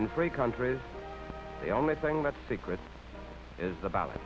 in free countries the only thing that secret is about